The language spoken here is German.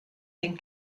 den